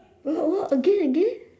what what again again